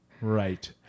Right